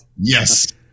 Yes